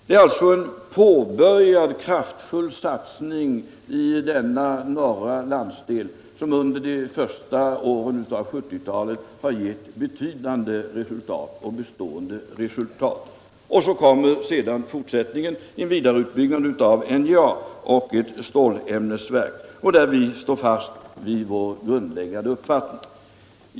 Det är alltså en kraftfull satsning, som påbörjats i denna norra landsdel och som under första delen av 1970-talet gett betydande och bestående resultat. Därtill kommer fortsättningen: en vidareutbyggnad av NJA och ett stålämnesverk, där vi står fast vid vår grundläggande uppfattning.